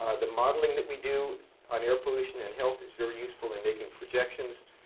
ah the modeling that we do on air pollution and health is very useful in making projections.